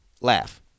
Laugh